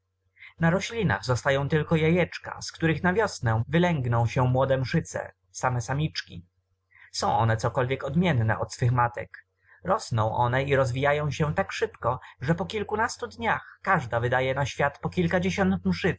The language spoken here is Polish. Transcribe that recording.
na roślinach zostają tylko jajeczka z których na wiosnę wylęgną się młode mszyce same samiczki są one cokolwiek odmienne od swych matek rosną one i rozwijają się tak szybko że po kilkunastu dniach każda wydaje na świat po kilkadziesiąt mszyc